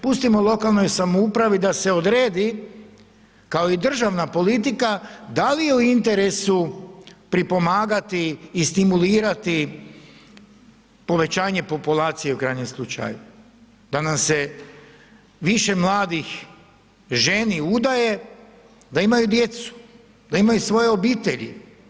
Pustimo lokalnoj samoupravi da se odredi kao i državna politika da li je u interesu pripomagati i stimulirati povećanje populacije, u krajnjem slučaju, da nam se više mladih ženi i udaje, da imaju djecu, da imaju svoje obitelji.